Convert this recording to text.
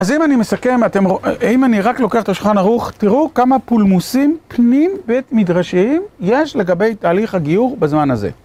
אז אם אני מסכם, אם אני רק לוקח את השולחן ערוך, תראו כמה פולמוסים פנים בית מדרשיים יש לגבי תהליך הגיור בזמן הזה.